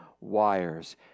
wires